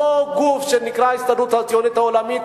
אותו גוף שנקרא ההסתדרות הציונית העולמית